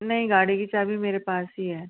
नहीं गाड़ी की चाबी मेरे पास ही है